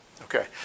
Okay